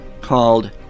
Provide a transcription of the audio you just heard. called